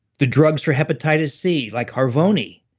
the drugs for hepatitis c, like harvoni,